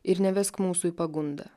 ir nevesk mūsų į pagundą